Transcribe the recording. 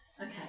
Okay